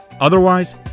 Otherwise